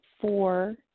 four